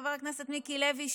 חבר הכנסת מיקי לוי,